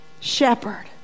shepherd